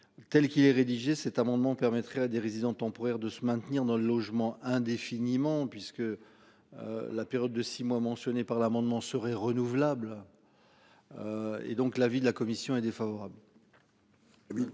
Telle qu'il est rédigé cet amendement permettrait à des résidents temporaires de se maintenir dans le logement indéfiniment puisque. La période de 6 mois mentionnés par l'amendement serait renouvelable. Et donc l'avis de la commission est défavorable.